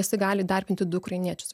jisai gali įdarbinti du ukrainiečius